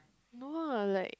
no lah like